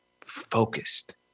focused